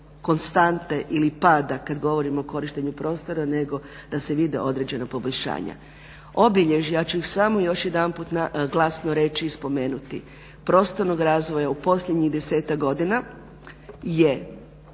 konstante ili pada kad govorimo o korištenju prostora nego da se vide određena poboljšana. Obilježja, ja ću ih samo još jedanput glasno reći i spomenuti, prostornog razvoja u posljednjih 10-tak godina je